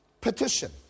Petition